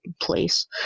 place